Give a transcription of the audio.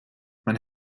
man